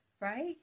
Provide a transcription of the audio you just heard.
Right